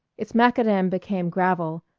its macadam became gravel,